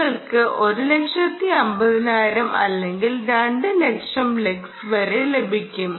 നിങ്ങൾക്ക് 150000 അല്ലെങ്കിൽ 200000 ലക്സ് വരെ ലഭിക്കും